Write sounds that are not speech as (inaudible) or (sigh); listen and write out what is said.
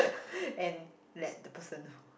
(laughs) and let the person know